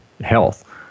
health